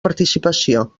participació